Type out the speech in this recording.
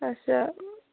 اچھا